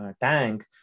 tank